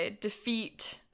defeat